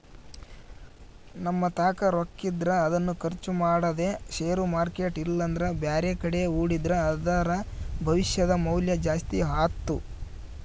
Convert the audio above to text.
ನಮ್ಮತಾಕ ರೊಕ್ಕಿದ್ರ ಅದನ್ನು ಖರ್ಚು ಮಾಡದೆ ಷೇರು ಮಾರ್ಕೆಟ್ ಇಲ್ಲಂದ್ರ ಬ್ಯಾರೆಕಡೆ ಹೂಡಿದ್ರ ಅದರ ಭವಿಷ್ಯದ ಮೌಲ್ಯ ಜಾಸ್ತಿ ಆತ್ತು